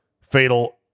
Fatal